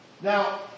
Now